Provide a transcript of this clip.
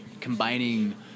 combining